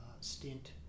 stint